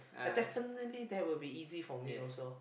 definitely that will be easy for me also